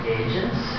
agents